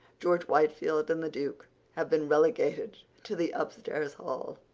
george whitefield and the duke have been relegated to the upstairs hall.